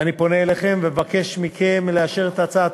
ואני פונה אליכם ומבקש מכם לאשר את הצעת